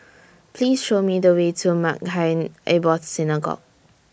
Please Show Me The Way to Maghain Aboth Synagogue